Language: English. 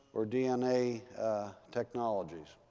or dna technologies?